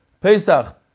Pesach